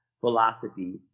philosophy